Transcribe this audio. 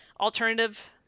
alternative